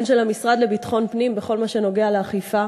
הן של המשרד לביטחון הפנים בכל מה שנוגע לאכיפה.